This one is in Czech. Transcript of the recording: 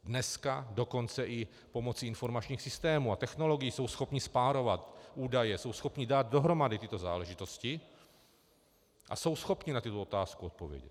Dneska dokonce i pomocí informačních systémů a technologií jsou schopni spárovat údaje, jsou schopni dát dohromady tyto záležitosti a jsou schopni na tuto otázku odpovědět.